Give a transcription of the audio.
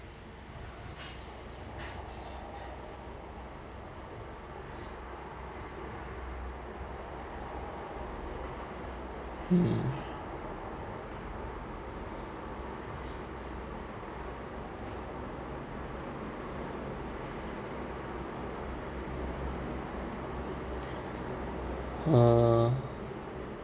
mm uh